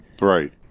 Right